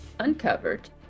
uncovered